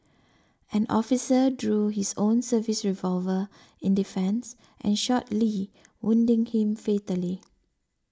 an officer drew his own service revolver in defence and shot Lee wounding him fatally